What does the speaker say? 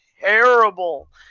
terrible